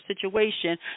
situation